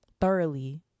thoroughly